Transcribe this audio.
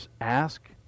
ask